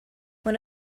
when